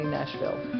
Nashville